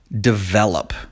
develop